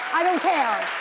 i don't care.